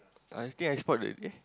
I think I spot the eh